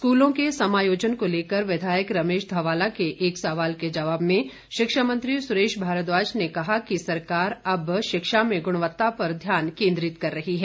स्कूलों के समायोजन को लेकर विधायक रमेश धवाला के एक सवाल के जवाब में शिक्षा मंत्री सुरेश भारद्वाज ने कहा कि सरकार अब शिक्षा में गुणवत्ता पर ध्यान केंद्रित कर रही है